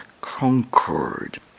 concord